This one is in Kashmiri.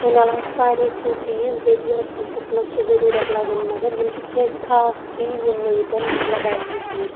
ایمہِ علاوٕ چھِ واریاہ کیٚنٛہہ چیز بیٚیہِ تہِ یِم اَسہِ کِچنس منٛز چھِ ضرورت لَگان مگر یِم چھِ کیٚنٛہہ خاص چیز یِم مے ییٚتٮ۪ن مطلب بیان کٔر